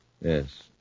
Yes